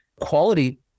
quality